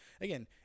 again